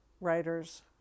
writers